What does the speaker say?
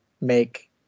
make